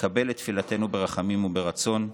שתקבל את תפילתנו ברחמים וברצון.